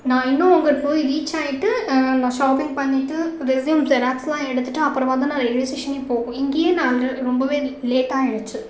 நான் இன்னும் அங்கே போய் ரீச் ஆகிட்டு நான் ஷாப்பிங் பண்ணிகிட்டு ரெசியூம் ஜெராக்ஸ்ல்லாம் எடுத்துகிட்டு அப்புறமாதான் நான் ரெயில்வே ஸ்டேஷனே போவேன் இங்கேயே நான் ஆல் ரொம்பவே லேட் ஆகிடுச்சி